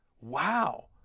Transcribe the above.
Wow